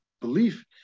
belief